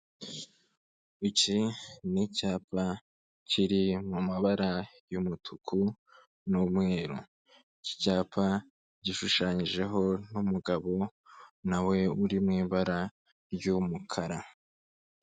Iki ni icyapa kiri mu mabara y'umutuku n'umweru, iki cyapa gishushanyijeho n'umugabo nawe uri mu ibara ry'umukara.